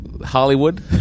Hollywood